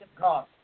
God